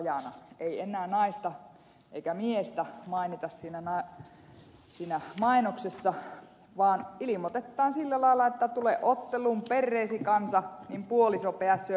ei enää naista eikä miestä mainita siinä mainoksessa vaan ilmoitetaan sillä lailla että tule otteluun perheesi kanssa niin puoliso pääsee puolella hintaa